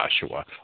Joshua